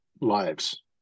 lives